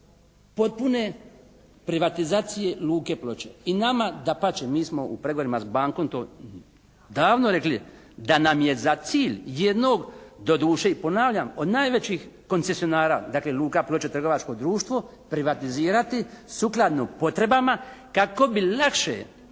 potpune privatizacije luke Ploče. I nama dapače mi smo u pregovorima s bankom, to davno rekli da nam je za cilj jednog doduše i ponavljam od najvećih koncesionara, dakle luka Ploče trgovačko društvo privatizirati sukladno potrebama kako bi lakše